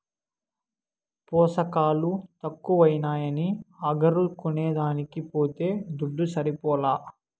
పోసకాలు తక్కువైనాయని అగరు కొనేదానికి పోతే దుడ్డు సరిపోలా